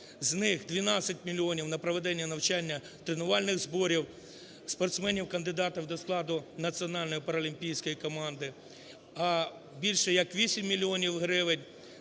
З них 12 мільйонів – на проведення навчання тренувальних зборів спортсменів-кандидатів до складу Національної паралімпійської команди, а більше як 8 мільйонів гривень